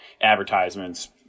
advertisements